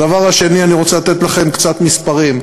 הדבר השני, אני רוצה לתת לכם קצת מספרים: